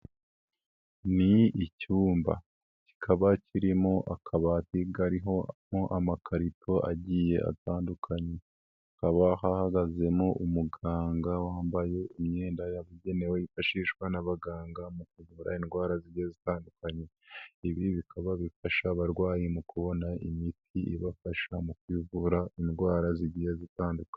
Ni icyumba. Kikaba kirimo akabati karimo amakarito agiye atandukanye, hakaba hahagazemo umuganga wambaye imyenda yabugenewe yifashishwa n'abaganga mu kuvura indwara zigiye zitandukanye. Ibi bikaba bifasha abarwayi mu kubona imiti ibafasha mu kwivura indwara zigiye zitandukanye.